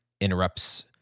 interrupts